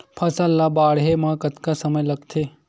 फसल ला बाढ़े मा कतना समय लगथे?